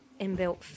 inbuilt